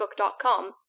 Facebook.com